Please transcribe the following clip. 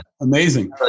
amazing